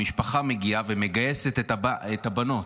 המשפחה מגיעה ומגייסת את הבנות.